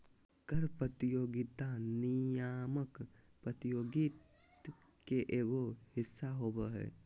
कर प्रतियोगिता नियामक प्रतियोगित के एगो हिस्सा होबा हइ